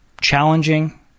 challenging